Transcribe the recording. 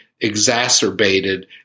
exacerbated